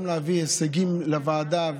גם להביא הישגים לוועדה.